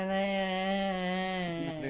and a